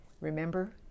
Remember